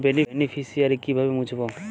Beneficiary কিভাবে মুছব?